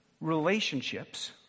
relationships